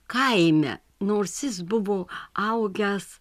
kaime nors jis buvo augęs